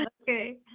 Okay